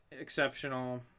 exceptional